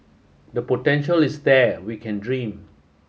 the potential is there we can dream